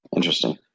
Interesting